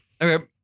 Okay